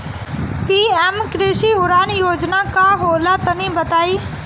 PM कृषि उड़ान योजना का होला तनि बताई?